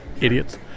Idiots